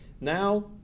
Now